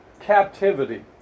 captivity